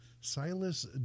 Silas